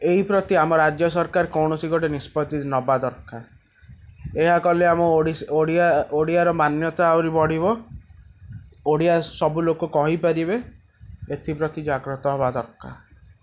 ଏହିପ୍ରତି ଆମ ରାଜ୍ୟ ସରକାର କୌଣସି ଗୋଟେ ନିଷ୍ପତ୍ତି ନେବା ଦରକାର ଏହା କଲେ ଆମ ଓଡ଼ିଶା ଓଡ଼ିଆ ଓଡ଼ିଆର ମାନ୍ୟତା ଆହୁରି ବଢ଼ିବ ଓଡ଼ିଆ ସବୁ ଲୋକ କହିପାରିବେ ଏଥିପ୍ରତି ଜାଗ୍ରତ ହେବା ଦରକାର